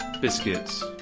Biscuits